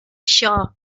sure